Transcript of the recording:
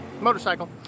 Motorcycle